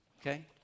Okay